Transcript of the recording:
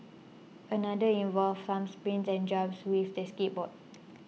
another involved some spins and jumps with the skateboard